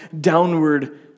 downward